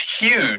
huge